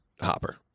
hopper